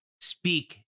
speak